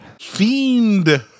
Fiend